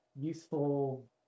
useful